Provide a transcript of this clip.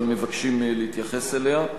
אבל מבקשים להתייחס אליה.